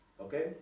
Okay